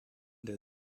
der